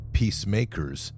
peacemakers